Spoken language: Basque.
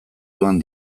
doan